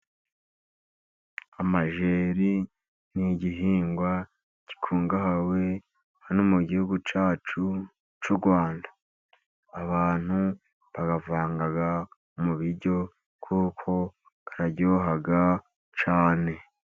Amajeri ni igihingwa gikungawe hano mu gihugu cyacu cy’u Rwanda. Abantu bayavanga mu biryo kuko aryoha cyane.